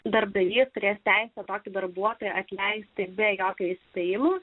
darbdavys turės teisę tokį darbuotoją atleisti be jokio įspėjimo